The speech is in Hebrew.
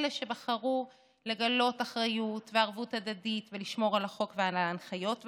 אלה שבחרו לגלות אחריות וערבות הדדית ולשמור על החוק ועל ההנחיות,